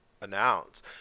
announce